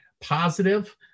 positive